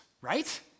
right